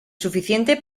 suficiente